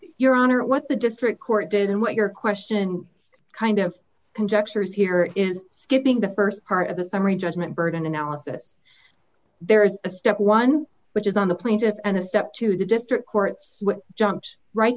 your honor what the district court did and what your question kind of conjecture is here is skipping the st part of the summary judgment burden analysis there is a step one which is on the plaintiff and a step to the district courts jumps right